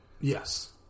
yes